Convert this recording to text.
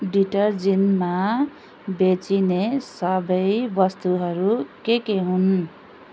डिटरजेन्ट्समा बेचिने सबै वस्तुहरू के के हुन्